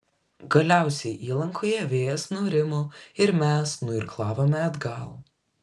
galiausiai įlankoje vėjas nurimo ir mes nuirklavome atgal